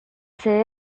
sede